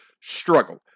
struggle